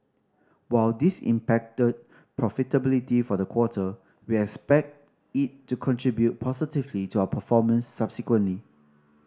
while this impacted profitability for the quarter we expect it to contribute positively to our performance subsequently